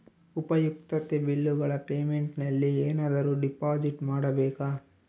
ಉಪಯುಕ್ತತೆ ಬಿಲ್ಲುಗಳ ಪೇಮೆಂಟ್ ನಲ್ಲಿ ಏನಾದರೂ ಡಿಪಾಸಿಟ್ ಮಾಡಬೇಕಾ?